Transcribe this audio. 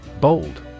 Bold